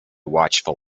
watchful